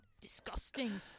disgusting